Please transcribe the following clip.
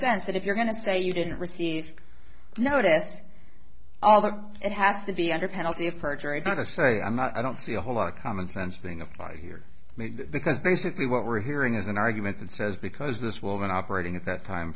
sense that if you're going to say you didn't receive notice all that it has to be under penalty of perjury but i say i'm not i don't see a whole lot of common sense being applied here because basically what we're hearing is an argument that says because this woman operating at that time